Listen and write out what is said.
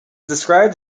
described